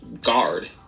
guard